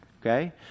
Okay